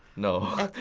no.